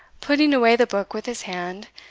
putting away the book with his hand,